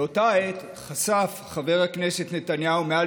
באותה עת חשף חבר הכנסת נתניהו מעל